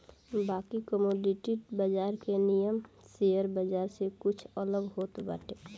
बाकी कमोडिटी बाजार के नियम शेयर बाजार से कुछ अलग होत बाटे